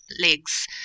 legs